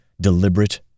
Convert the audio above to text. deliberate